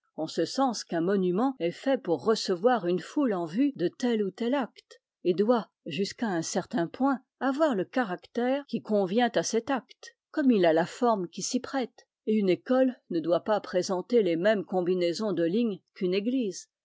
en ce sens qu'un monument est fait pour recevoir une foule en vue de tel ou tel acte et doit jusqu'à un certain point avoir le caractère qui convient à cet acte comme il a la forme qui s'y prête et une école ne doit pas présenter les mêmes combinaisons de lignes qu'une église